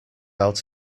out